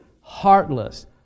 heartless